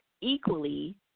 equally